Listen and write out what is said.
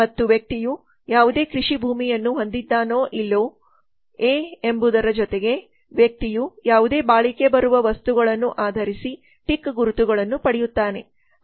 ಮತ್ತು ವ್ಯಕ್ತಿಯು ಯಾವುದೇ ಕೃಷಿ ಭೂಮಿಯನ್ನು ಹೊಂದಿದ್ದಾನೋ ಇಲ್ಲವೋ ಎಯಂಬುದರ ಜೊತೆಗೆ ವ್ಯಕ್ತಿಯು ಯಾವುದೇ ಬಾಳಿಕೆ ಬರುವ ವಸ್ತುಗಳನ್ನು ಆಧರಿಸಿ ಟಿಕ್ ಗುರುತುಗಳನ್ನು ಪಡೆಯುತ್ತಾನೆ